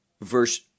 verse